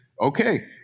okay